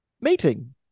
meeting